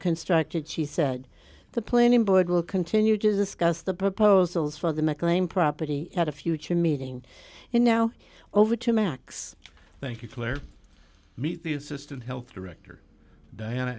constructed she said the planning board will continue discuss the proposals for the mclean property at a future meeting and now over to max thank you clare meet the assistant health director diana